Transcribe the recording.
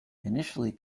initially